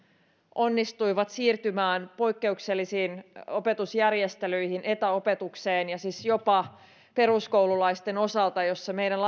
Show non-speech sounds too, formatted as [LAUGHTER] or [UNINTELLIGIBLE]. onnistuivat siirtymään poikkeuksellisiin opetusjärjestelyihin etäopetukseen ja jopa peruskoululaisten osalta miltä osin meidän [UNINTELLIGIBLE]